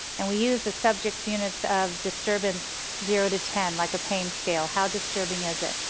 and we use the subject units of disturbance zero to ten like a pain scale, how disturbing is it.